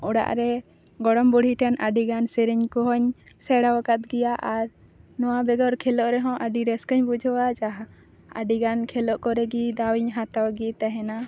ᱚᱲᱟᱜ ᱨᱮ ᱜᱚᱲᱚᱢ ᱵᱩᱲᱦᱤ ᱴᱷᱮᱱ ᱟᱹᱰᱤ ᱜᱟᱱ ᱥᱮᱨᱮᱧ ᱠᱚᱦᱚᱧ ᱥᱮᱬᱟᱣ ᱠᱟᱫ ᱜᱮᱭᱟ ᱟᱨ ᱱᱚᱣᱟ ᱵᱮᱜᱚᱨ ᱠᱷᱮᱞᱚᱜ ᱨᱮᱦᱚᱸ ᱟᱹᱰᱤ ᱨᱟᱹᱥᱠᱟᱹᱧ ᱵᱩᱡᱷᱟᱹᱣᱟ ᱡᱟᱦᱟᱸ ᱟᱹᱰᱤᱜᱟᱱ ᱠᱷᱮᱞᱳᱜ ᱠᱚᱨᱮ ᱜᱮ ᱫᱟᱣᱤᱧ ᱦᱟᱛᱟᱣ ᱜᱮ ᱛᱟᱦᱮᱱᱟ